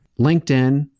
linkedin